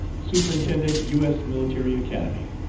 superintendent u. s. military academy.